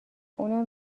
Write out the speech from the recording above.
اونم